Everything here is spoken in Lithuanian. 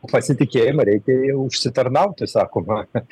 o pasitikėjimą reikia jau užsitarnauti sakoma kad